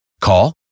Call